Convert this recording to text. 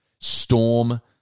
Storm